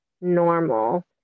normal